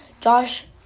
Josh